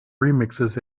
remixes